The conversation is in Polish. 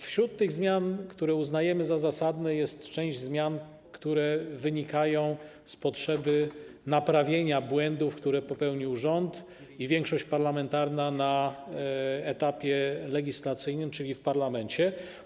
Wśród tych zmian, które uznajemy za zasadne, jest też część zmian, które wynikają z potrzeby naprawienia błędów, które popełnił rząd i większość parlamentarna na etapie legislacyjnym, czyli w parlamencie.